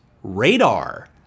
radar